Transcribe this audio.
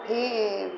भी